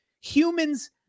humans